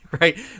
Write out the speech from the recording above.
Right